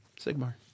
Sigmar